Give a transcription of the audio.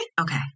Okay